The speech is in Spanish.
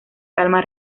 calma